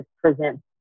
presents